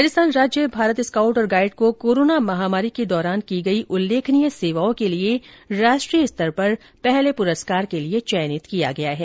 राजस्थान राज्य भारत स्काउट और गाइड को कोरोना महामारी के दौरान की गई उल्लेखनीय सेवाओं के लिए राष्ट्रीय स्तर पर प्रथम पुरस्कार के लिए चयनित किया गया है